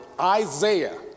Isaiah